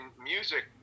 music